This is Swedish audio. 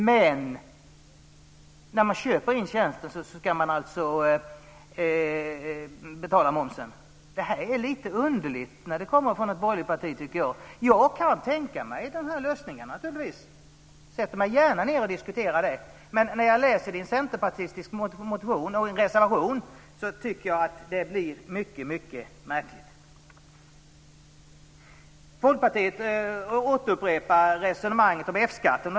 Men när man köper in tjänster ska man betala momsen. Det här är heller inte underligt när det kommer från ett borgerligt parti, tycker jag. Jag kan naturligtvis tänka mig den här lösningen. Jag sätter mig gärna ned och diskuterar det. Men när jag läser detta i en centerpartistisk motion och reservation tycker jag att det blir mycket märkligt. skatten.